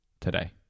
today